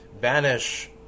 Banish